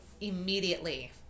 immediately